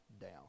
down